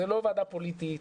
זו לא ועדה פוליטית,